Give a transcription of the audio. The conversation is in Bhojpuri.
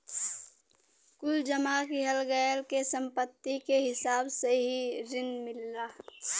कुल जमा किहल गयल के सम्पत्ति के हिसाब से ही रिन मिलला